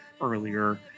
earlier